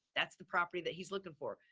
that's the property that he's looking for.